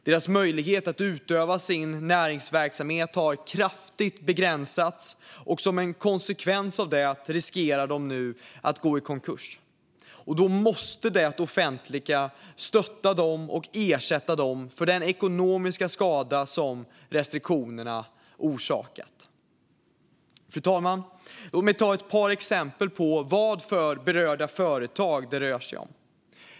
Deras möjligheter att utöva sin näringsverksamhet har kraftigt begränsats, och som en konsekvens riskerar de nu att gå i konkurs. Då måste det offentliga stötta dem och ersätta dem för den ekonomiska skada som restriktionerna har orsakat. Fru talman! Låt mig ta ett par exempel på vilka berörda företag det kan röra sig om.